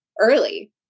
early